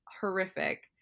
horrific